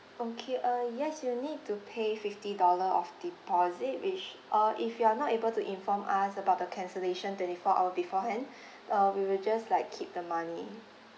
okay uh yes you will need to pay fifty dollar of deposit which uh if you are not able to inform us about the cancellation twenty four hour beforehand uh we will just like keep the money